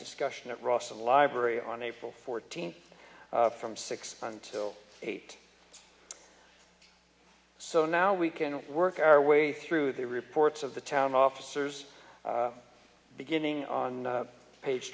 discussion at ross a library on april fourteenth from six until eight so now we can work our way through the reports of the town officers beginning on page